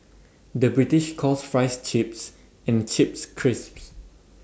the British calls Fries Chips and Chips Crisps